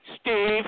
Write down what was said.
Steve